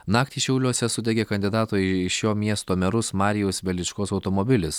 naktį šiauliuose sudegė kandidato į šio miesto merus marijaus veličkos automobilis